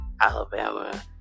Alabama